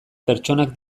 pertsonak